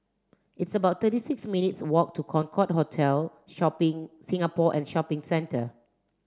it's about thirty six minutes' walk to Concorde Hotel Shopping Singapore and Shopping Centre